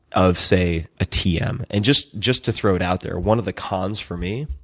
of, say, ah tm? and just just to throw it out there, one of the cons, for me,